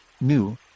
new